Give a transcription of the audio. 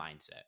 mindset